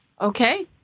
Okay